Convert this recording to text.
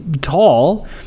tall